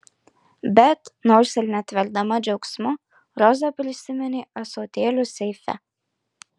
bet nors ir netverdama džiaugsmu roza prisiminė ąsotėlius seife